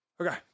Okay